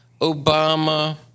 Obama